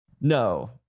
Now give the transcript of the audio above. no